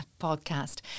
podcast